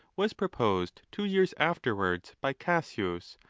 was proposed two years afterwards by cassius,